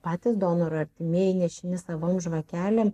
patys donoro artimieji nešini savom žvakelėm